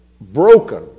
broken